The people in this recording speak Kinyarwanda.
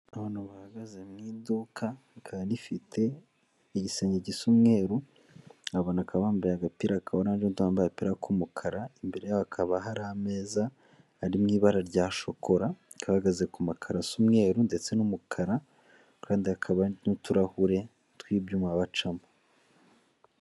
Abantu bahagaze mu iduka, rikaba rifite igisenge gisa umweru, abo bantu bakaba bambaye agapira ka oranje n'undi wambaye agapira k'umukara, imbere yabo hakaba hari ameza ari mu ibara rya shokora, bakaba bahagaze ku makaro asa umweru ndetse n'umukara kandi hakaba n'uturahure tw'ibyuma bacamo.